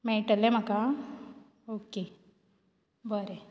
मेळटले म्हाका ओके बरें